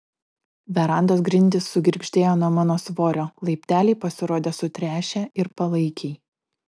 verandos grindys sugirgždėjo nuo mano svorio laipteliai pasirodė sutręšę ir palaikiai